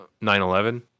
9-11